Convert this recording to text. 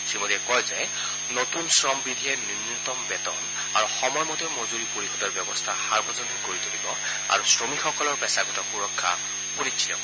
শ্ৰীমোডীয়ে কয় যে নতুন শ্ৰম বিধিয়ে ন্যূনতম বেতন আৰু সময়মতে মজুৰি পৰিশোধৰ ব্যৱস্থা সাৰ্বজনীন কৰি তুলিব আৰু শ্ৰমিকসকলৰ পেছাগত সূৰক্ষা সুনিশ্চিত কৰিব